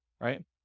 right